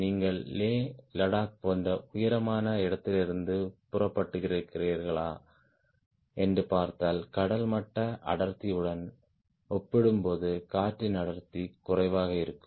நீங்கள் லே லடாக் போன்ற உயரமான இடத்திலிருந்து புறப்படுகிறீர்களா என்று பார்த்தால் கடல் மட்ட அடர்த்தியுடன் ஒப்பிடும்போது காற்றின் அடர்த்தி குறைவாக இருக்கும்